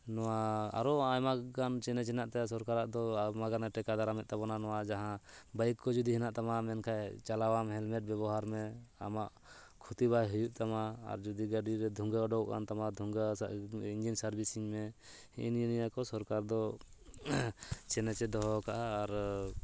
ᱱᱚᱣᱟ ᱟᱨᱚ ᱟᱭᱢᱟᱜᱟᱱ ᱪᱮᱞᱮᱧᱡᱽ ᱢᱮᱱᱟᱜ ᱛᱟᱭᱟ ᱥᱚᱨᱠᱟᱨᱟᱜ ᱫᱚ ᱟᱭᱢᱟᱜᱟᱱ ᱴᱮᱠᱟᱣ ᱫᱟᱨᱟᱢᱮᱫ ᱛᱟᱵᱚᱱᱟ ᱱᱚᱣᱟ ᱡᱟᱦᱟᱸ ᱵᱟᱭᱤᱠ ᱡᱩᱫᱤ ᱦᱮᱱᱟᱜ ᱛᱟᱢᱟ ᱢᱮᱱᱠᱷᱟᱱ ᱪᱟᱞᱟᱣᱟᱢ ᱦᱮᱞᱢᱮᱴ ᱵᱮᱵᱚᱦᱟᱨ ᱢᱮ ᱟᱢᱟᱜ ᱠᱷᱚᱛᱤ ᱵᱟᱭ ᱦᱩᱭᱩᱜ ᱛᱟᱢᱟ ᱟᱨ ᱡᱩᱫᱤ ᱜᱟᱹᱰᱤ ᱨᱮ ᱫᱷᱩᱣᱜᱟᱹ ᱚᱰᱚᱠᱚᱜ ᱠᱟᱱᱛᱟᱢᱟ ᱫᱷᱩᱣᱟᱹ ᱥᱮ ᱤᱧᱡᱤᱱ ᱥᱟᱨᱵᱷᱤᱥᱤᱝ ᱢᱮ ᱱᱮᱜᱼᱮ ᱱᱤᱭᱟᱹ ᱠᱚ ᱥᱚᱨᱠᱟᱨ ᱫᱚ ᱪᱮᱞᱮᱡᱽᱮ ᱫᱚᱦᱚᱣ ᱠᱟᱜᱼᱟ ᱟᱨ